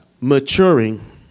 maturing